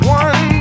one